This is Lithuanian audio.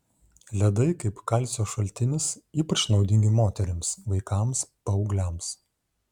ledai kaip kalcio šaltinis ypač naudingi moterims vaikams paaugliams